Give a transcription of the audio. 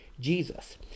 jesus